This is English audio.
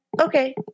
Okay